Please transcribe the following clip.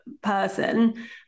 person